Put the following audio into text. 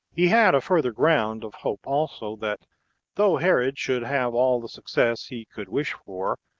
he had a further ground of hope also, that though herod should have all the success he could wish for,